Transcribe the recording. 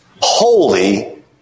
holy